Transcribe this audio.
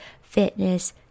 fitness